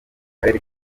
karere